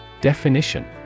Definition